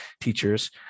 teachers